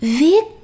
viết